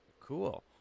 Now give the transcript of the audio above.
Cool